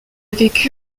vécu